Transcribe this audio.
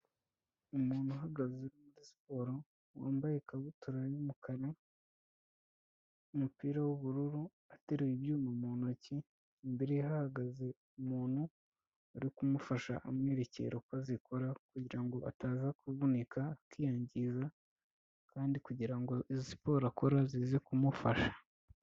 Umuntu uhagaze muri siporo wambaye ikabutura y'umukara n'umupira w'ubururu aterura ibyuma mu ntoki, imbere hahagaze umuntu ari kumufasha amwerekera uko azikora kugira ngo ataza kuvunika, akiyangiza kandi kugira ngo siporo akora zize kumufasha.